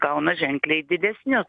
gauna ženkliai didesnius